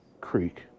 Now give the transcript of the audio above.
Creek